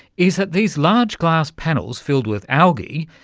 is that these large glass panels, filled with algae,